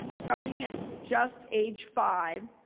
starting at just age five,